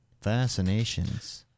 Fascinations